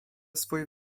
swój